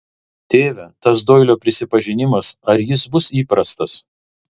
tėve tas doilio prisipažinimas ar jis bus įprastas